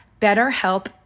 betterhelp